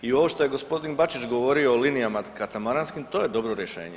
I ovo što je gospodin Bačić govorio o linijama katamaranskim to je dobro rješenje.